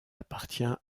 appartient